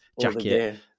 jacket